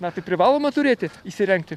na tai privaloma turėti įsirengti